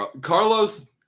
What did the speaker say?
Carlos